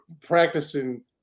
practicing